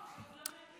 מיקי.